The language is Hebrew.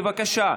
בבקשה,